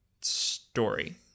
story